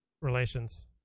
relations